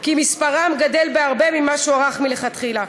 כי מספרן גדול בהרבה מכפי שהוערך מלכתחילה.